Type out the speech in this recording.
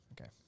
Okay